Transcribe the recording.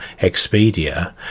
Expedia